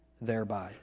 thereby